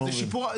אני לא מבין.